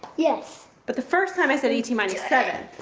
yes. but the first time i said eighteen minus seven,